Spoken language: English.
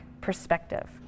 perspective